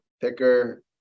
thicker